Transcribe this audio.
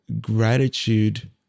gratitude